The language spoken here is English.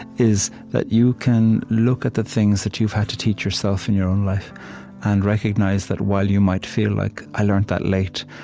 is that you can look at the things that you've had to teach yourself in your own life and recognize that while you might feel like i learned that late,